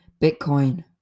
Bitcoin